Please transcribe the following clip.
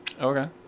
Okay